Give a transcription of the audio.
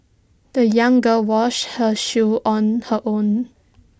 the young girl washed her shoes on her own